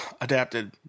adapted